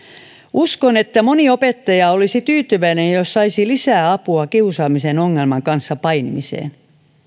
uskon että moni opettaja olisi tyytyväinen jos saisi lisää apua kiusaamisen ongelman kanssa painimiseen luin